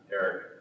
Eric